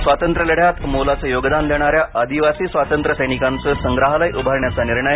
स्वातंत्र्यलढ्यात मोलाचं योगदान देणाऱ्या आदिवासी स्वातंत्र्य सैनिकांचं संग्रहालय उभारण्याचा निर्णय